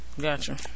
Gotcha